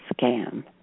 scam